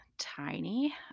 tiny